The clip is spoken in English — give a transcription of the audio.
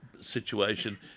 situation